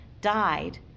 died